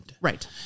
Right